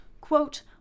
quote